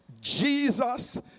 Jesus